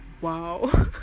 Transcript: Wow